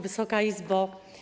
Wysoka Izbo!